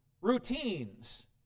routines